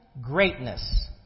greatness